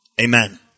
Amen